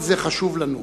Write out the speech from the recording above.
כל זה חשוב לנו,